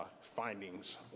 findings